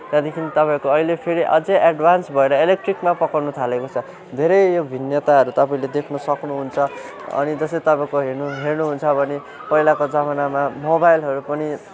त्यहाँदेखि तपाईँहरूको अहिले फेरि अझै एडभान्स भएर इलेक्ट्रिकमा पकाउन थालेको छ धेरै यो भिन्नताहरू तपाईँले देख्न सक्नुहुन्छ अनि जस्तै तपाईँको हेर्नुहु हेर्नुहुन्छ भने पहिलाको जमानामा मोबाइलहरू पनि